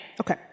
Okay